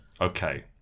okay